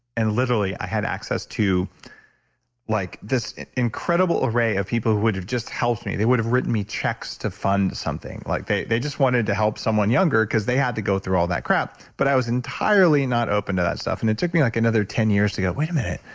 and literally i had access to like this incredible array of people who would have just helped me. they would have written me checks to fund something. like they they just wanted to help someone younger because they had go through all that crap. but i was entirely not open to that stuff. and it took me like another ten years to go, wait a minute.